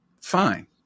fine